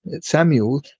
Samuel